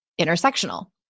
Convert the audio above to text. intersectional